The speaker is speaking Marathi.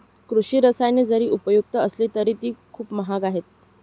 कृषी रसायने जरी उपयुक्त असली तरी ती खूप महाग आहेत